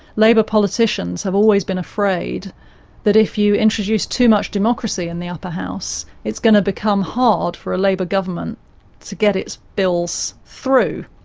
labour politicians have always been afraid that if you introduce too much democracy in the upper house, it's going to become hard for a labour government to get its bills through.